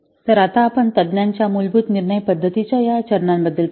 तर आता आपण तज्ञांच्या मूलभूत निर्णय पद्धतीच्या या चरणांबद्दल पाहूया